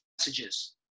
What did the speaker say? messages